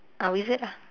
ah wizard ah